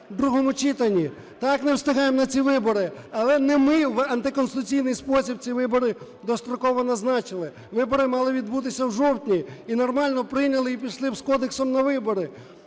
в другому читанні. Так, не встигаємо на ці вибори, але не ми в антиконституційний спосіб ці вибори достроково назначили. Вибори мали відбутися у жовтні, і нормально б прийняли, і пішли б з кодексом на вибори.